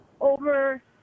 over